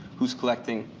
who's collecting?